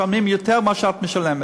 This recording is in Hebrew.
משלמים יותר ממה שאת משלמת,